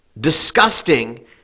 disgusting